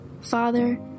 Father